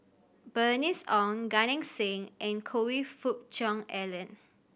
Bernice Ong Gan Eng Seng and Choe Fook Cheong Alan